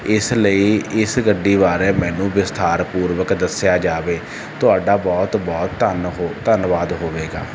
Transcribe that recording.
ਇਸ ਲਈ ਇਸ ਗੱਡੀ ਬਾਰੇ ਮੈਨੂੰ ਵਿਸਥਾਰ ਪੂਰਵਕ ਦੱਸਿਆ ਜਾਵੇ ਤੁਹਾਡਾ ਬਹੁਤ ਬਹੁਤ ਧੰਨ ਹੋ ਧੰਨਵਾਦ ਹੋਵੇਗਾ